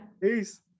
Peace